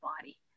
body